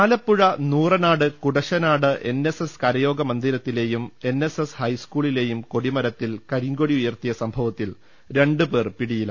Alappuzha Nooranad Kudassanad NSS കരയോഗ മന്ദിരത്തിലെയും NSS ഹൈസ്കൂളിലെയും കൊടിമരത്തിൽ കരിങ്കൊടി ഉയർത്തിയ സംഭവത്തിൽ രണ്ട് പേർ പിടിയിൽ